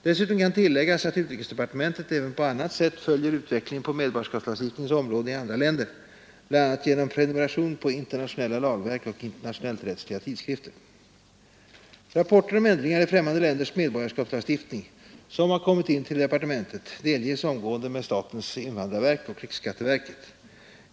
Dessutom kan tilläggas att utrikesdepartementet även på annat sätt följer utvecklingen på medborgarskapslagstiftningens område i andra länder bl.a. genom prenumeration på internationella lagverk och internationellrättsliga tidskrifter. Rapporter om ändringar i främmande länders medborgarskapslagstiftning, som inkommit till departementet, delges omgående statens invandrarverk och riksskatteverket.